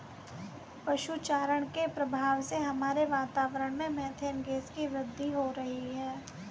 पशु चारण के प्रभाव से हमारे वातावरण में मेथेन गैस की वृद्धि हो रही है